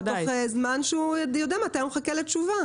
תוך פרק זמן והוא יודע מתי הוא מחכה לתשובה.